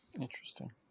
Interesting